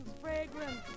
fragrance